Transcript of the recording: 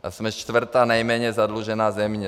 A jsme čtvrtá nejméně zadlužená země.